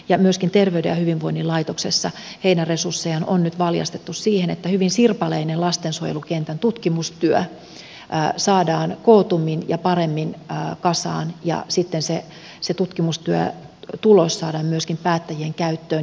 ja myöskin terveyden ja hyvinvoinnin laitoksessa heidän resurssejaan on nyt valjastettu siihen että hyvin sirpaleinen lastensuojelukentän tutkimustyö saadaan kootummin ja paremmin kasaan ja sitten se tutkimustyön tulos saadaan myöskin päättäjien käyttöön